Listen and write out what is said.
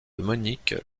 monique